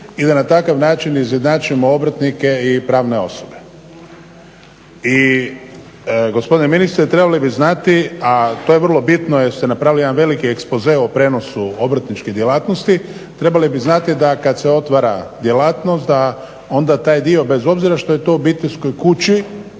i da na takav način izjednačujemo obrtnike i pravne osobe. I gospodine ministre trebali bi znati a to je vrlo bitno jer ste napravili jedan veliki ekspoze o prijenosu obrtničkih djelatnosti, trebali bi znati da kada se otvara djelatnost da onda taj dio bez obzira što je to u obiteljskoj kući